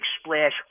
splash